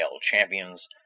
Champions